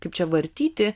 kaip čia vartyti